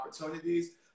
opportunities